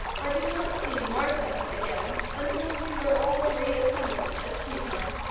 i did not see martha again until we were all re-assembled at tea-time,